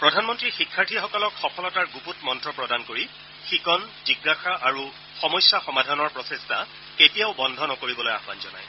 প্ৰধানমন্ত্ৰীয়ে শিক্ষাৰ্থীসকলক সফলতাৰ গুপুত মন্ত্ৰ প্ৰদান কৰি শিকন জিজ্ঞাসা আৰু সমস্যা সমাধানৰ প্ৰচেষ্টা কেতিয়াও বন্ধ নকৰিবলৈ আহ্বান জনায়